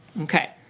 Okay